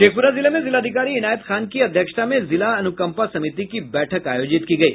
शेखपुरा जिले में जिलाधिकारी इनायत खान की अध्यक्षता में जिला अनुकम्पा समिति की बैठक आयोजित की गयी